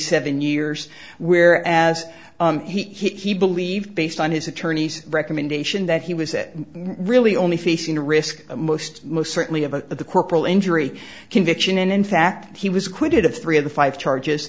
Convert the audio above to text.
seven years where as he believed based on his attorney's recommendation that he was it really only facing a risk most certainly of the corporal injury conviction and in fact he was acquitted of three of the five charges